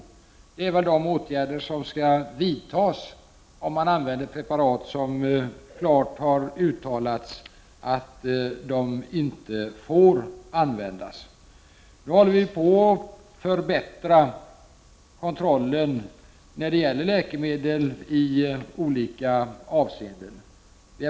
Det är de åtgärder som skall vidtas om någon använder preparat som man klart föreskrivit inte får användas. Vi håller nu på att förbättra kontrollen av läkemedel i olika avseenden.